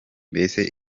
mbese